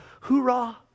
hoorah